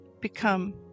become